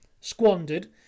squandered